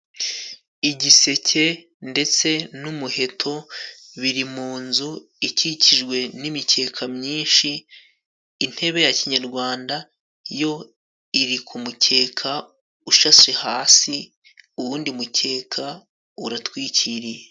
Igiseke ndetse n'umuheto biri mu nzu ikikijwe n'imikeka myinshi, intebe ya kinyarwanda yo iri k'umukeka ushashe hasi ,uwundi mukeka uratwikiriye.